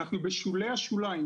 אנחנו בשולי השוליים,